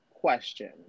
question